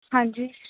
ਹਾਂਜੀ